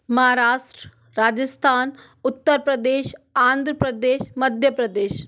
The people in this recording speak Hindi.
महाराष्ट्र राजस्थान उत्तर प्रदेश आंध्र प्रदेश मध्य प्रदेश